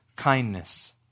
kindness